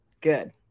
Good